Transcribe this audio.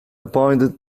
appointed